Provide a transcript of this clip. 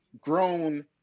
grown